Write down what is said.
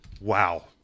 wow